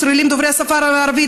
ישראלים דוברי השפה הערבית,